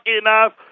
enough